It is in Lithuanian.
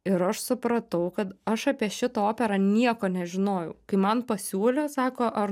ir aš supratau kad aš apie šitą operą nieko nežinojau kai man pasiūlė sako ar